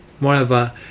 Moreover